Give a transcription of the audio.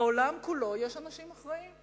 בעולם כולו יש אנשים אחראיים.